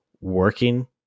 working